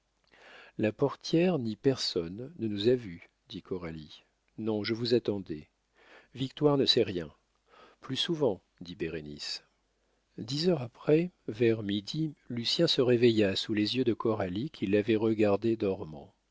la portière ni personne ne nous a vus dit coralie non je vous attendais victoire ne sait rien plus souvent dit bérénice dix heures après vers midi lucien se réveilla sous les yeux de coralie qui l'avait regardé